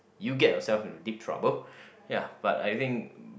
you get yourself into deep trouble ya but I think